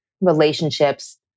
relationships